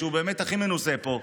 שהוא באמת הכי מנוסה פה,